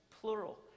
plural